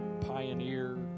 pioneer